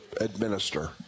administer